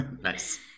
Nice